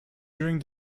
during